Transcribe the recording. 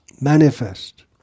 manifest